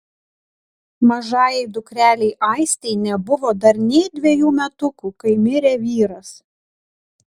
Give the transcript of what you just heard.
mažajai dukrelei aistei nebuvo dar nė dvejų metukų kai mirė vyras